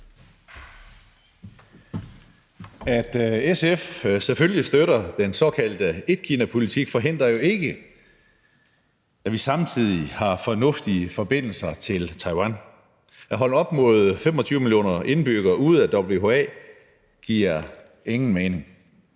At SF selvfølgelig støtter den såkaldte etkinapolitik, forhindrer jo ikke, at vi samtidig har fornuftige forbindelser til Taiwan. At holde op mod 25 millioner indbyggere ude af WHA giver ingen mening.